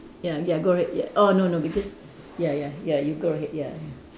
ya ya go ahead ya oh no no because ya ya ya you go ahead ya ya